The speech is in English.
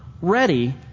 ready